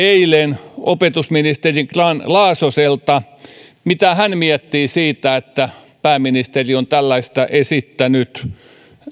eilen myöskin opetusministeri grahn laasoselta mitä hän miettii siitä että pääministeri on tällaista esittänyt